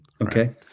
Okay